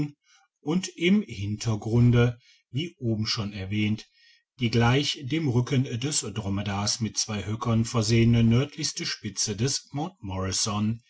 und im hintergrunde wie oben schon erwähnt die gleich dem rücken eines dromedares mit zwei höckern versehene nördlichste spitze des